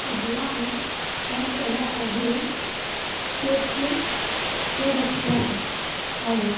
ପହେଲା ଆମେ ଡ୍ୟାନ୍ସ କର୍ବାର୍ ଆଗରୁ ଷ୍ଟେପ୍କେ ସ୍ୱର ରଖିଥିବା କଥା ଆଉ